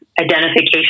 identification